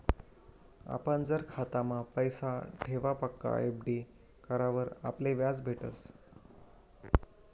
आपण जर खातामा पैसा ठेवापक्सा एफ.डी करावर आपले याज भेटस